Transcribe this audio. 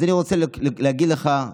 אז אני רוצה להגיד לך: